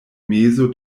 mezo